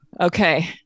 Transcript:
Okay